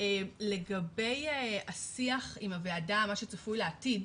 לגבי השיח עם הוועדה, מה שצפוי לעתיד,